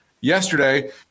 Yesterday